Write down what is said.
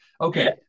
Okay